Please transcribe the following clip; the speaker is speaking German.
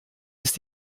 ist